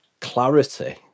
clarity